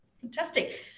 Fantastic